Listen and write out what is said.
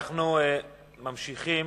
אנחנו ממשיכים